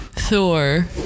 Thor